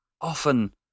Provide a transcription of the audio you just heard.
often